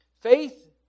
Faith